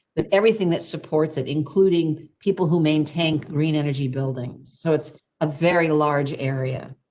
but everything that supports it, including people who maintain green energy buildings. so it's a very large area.